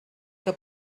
que